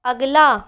अगला